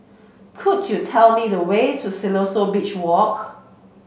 could you tell me the way to Siloso Beach Walk